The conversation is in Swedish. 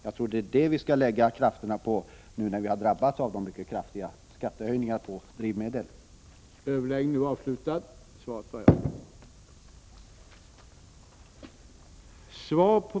Jag tror det är detta vi skall lägga krafterna — Nr 94 på nu när vi har drabbats av sådana kraftiga höjningar av skatterna på